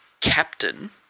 captain